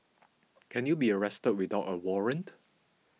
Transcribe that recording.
can you be arrested without a warrant